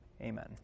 amen